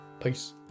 Peace